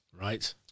Right